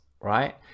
right